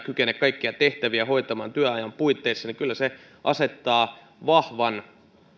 kykene kaikkia tehtäviä hoitamaan työajan puitteissa kyllä se asettaa vahvan